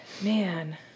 Man